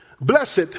Blessed